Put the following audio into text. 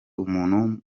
umuntu